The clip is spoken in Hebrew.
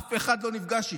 אף אחד לא נפגש איתו.